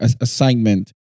assignment